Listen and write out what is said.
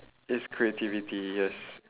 it's creativity yes